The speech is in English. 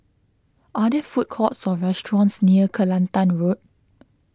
are there food courts or restaurants near Kelantan Road